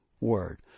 word